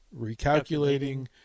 Recalculating